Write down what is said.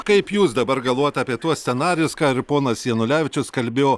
kaip jūs dabar galvojat apie tuos scenarijus ką ir ponas janulevičius kalbėjo